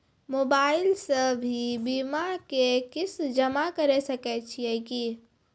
Mobile से भी बीमा के किस्त जमा करै सकैय छियै कि?